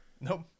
Nope